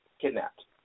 kidnapped